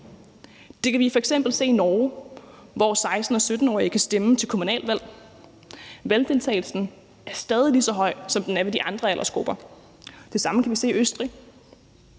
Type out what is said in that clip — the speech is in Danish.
Det kan vi f.eks. se i Norge, hvor 16- og 17-årige kan stemme til kommunalvalg. Valgdeltagelsen er stadig lige så høj, som den er i de andre aldersgrupper. Det samme kan vi se i Østrig.